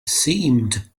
seemed